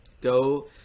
Go